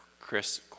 Chris